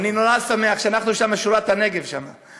אני נורא שמח שאנחנו שם שורת הנגב, שם.